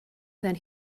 then